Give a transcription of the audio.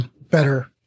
better